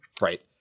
right